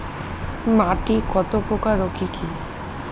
মাটি কত প্রকার ও কি কি?